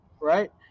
right